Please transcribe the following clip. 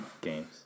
games